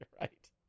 Right